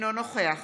אינו נוכח